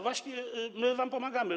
Właśnie my wam pomagamy.